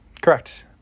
Correct